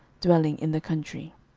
dwelling in the country.